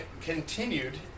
continued